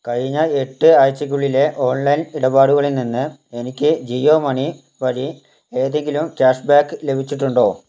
കഴിഞ്ഞ എട്ട് ആഴ്ചകളിലെ ഓൺലൈൻ ഇടപാടുകളിൽ നിന്ന് എനിക്ക് ജിയോ മണി വഴി ഏതെങ്കിലും ക്യാഷ് ബാക്ക് ലഭിച്ചിട്ടുണ്ടോ